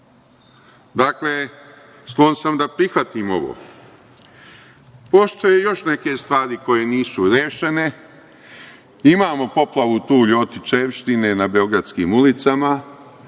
Dakle, sklon sam da prihvatim ovo. Postoje još neke stvari koje nisu rešene, imamo poplavu tu ljotićevštine na beogradskim ulicama.